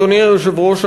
אדוני היושב-ראש,